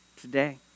today